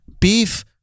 beef